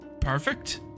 Perfect